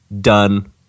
done